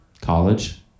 College